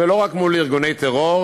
ולא רק מול ארגוני טרור,